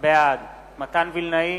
בעד מתן וילנאי,